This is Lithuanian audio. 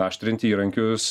aštrinti įrankius